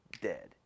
dead